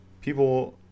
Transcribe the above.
people